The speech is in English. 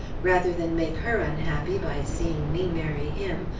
rather than make her unhappy by seeing me marry him,